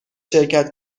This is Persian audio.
شرکت